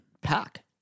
pack